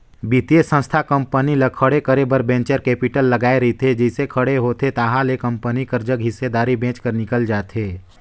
बित्तीय संस्था कंपनी ल खड़े करे बर वेंचर कैपिटल लगाए रहिथे जइसे खड़े होथे ताहले कंपनी कर जग हिस्सादारी बेंच कर निकल जाथे